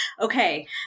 Okay